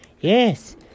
Yes